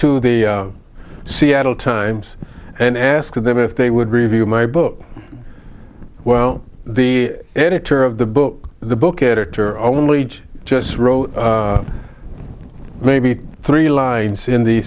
to the seattle times and asked them if they would review my book well the editor of the book the book addict or only just wrote maybe three lines in the